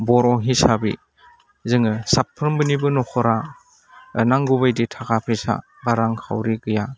बर' हिसाबै जोङो साफ्रोमबोनिबो न'खरा नांगौ बायदि थाखा फैसा बा रांखावरि गैया